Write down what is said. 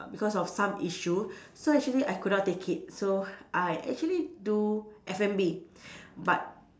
uh because of some issue so actually I could not take it so I actually do F&B but